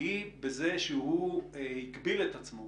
היא בזה שהוא הגביל את עצמו